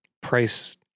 price